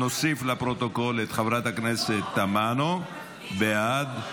נוסיף לפרוטוקול את חברת הכנסת תמנו, בעד.